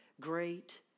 great